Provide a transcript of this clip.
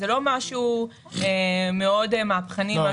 זה לא משהו מאוד מהפכני.